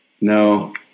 No